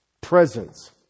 presence